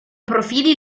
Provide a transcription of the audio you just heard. profili